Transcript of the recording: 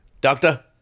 doctor